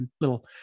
little